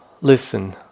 listen